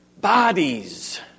bodies